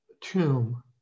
tomb